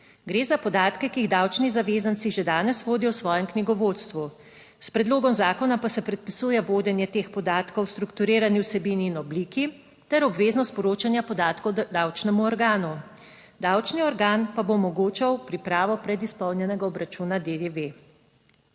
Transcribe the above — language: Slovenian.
Gre za podatke, ki jih davčni zavezanci že danes vodijo v svojem knjigovodstvu, s predlogom zakona pa se predpisuje vodenje teh podatkov v strukturirani vsebini in obliki ter obveznost sporočanja podatkov davčnemu organu, davčni organ pa bo omogočal pripravo pred izpolnjenega obračuna DDV.